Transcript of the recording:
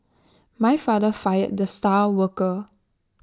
my father fired the star worker